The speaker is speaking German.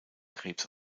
krebs